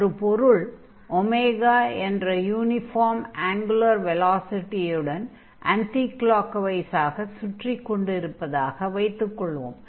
ஒரு பொருள் ஒமேகா என்ற யூனிஃபார்ம் ஆங்குலர் வெலாசிடியுடன் uniform angular velocity omega ஆன்டி க்ளாக்வைஸாக சுற்றிக் கொண்டிருப்பதாக வைத்துக் கொள்வோம்